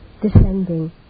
descending